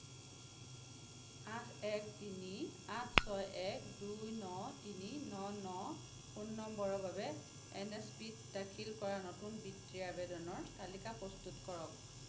আঠ এক তিনি আঠ ছয় এক দুই ন তিনি ন ন ফোন নম্বৰৰ বাবে এন এছ পি ত দাখিল কৰা নতুন বৃত্তিৰ আবেদনৰ তালিকা প্ৰস্তুত কৰক